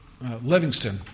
Livingston